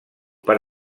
per